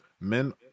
Men